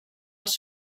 els